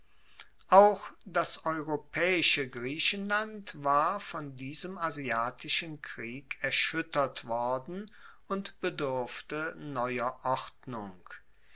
auch das europaeische griechenland war von diesem asiatischen krieg erschuettert worden und bedurfte neuer ordnung